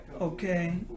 okay